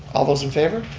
all those in favor?